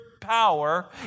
power